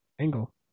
angle